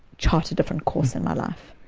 charter a different course in my life.